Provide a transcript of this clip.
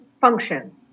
function